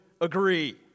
agree